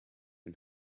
and